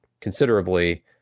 considerably